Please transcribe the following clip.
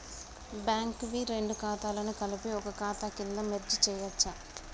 Bank వి రెండు ఖాతాలను కలిపి ఒక ఖాతా కింద మెర్జ్ చేయచ్చా?